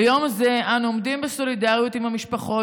ביום זה אנו עומדים בסולידריות עם המשפחות,